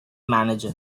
manager